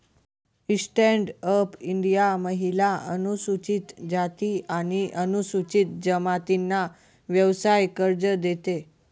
stand up India महिला, अनुसूचित जाती आणि अनुसूचित जमातींना व्यवसाय कर्ज देते